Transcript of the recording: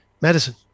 medicine